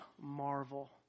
marvel